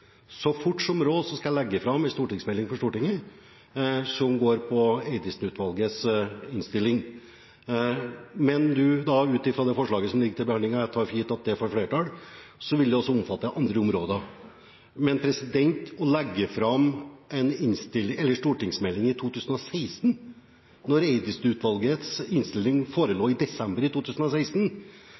Så fort som råd er, skal jeg legge fram en stortingsmelding for Stortinget som går på Eidesen-utvalgets innstilling. Men ut ifra det forslaget som er til behandling – jeg tar for gitt at det får flertall – vil det omfatte også andre områder. Å legge fram en stortingsmelding i 2016 når Eidesen-utvalgets innstilling forelå i desember 2016 – ja, man jobber hardt i